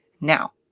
now